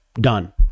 done